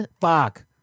Fuck